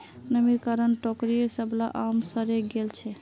नमीर कारण टोकरीर सबला आम सड़े गेल छेक